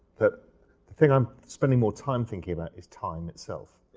but thing i'm spending more time thinking about is time itself.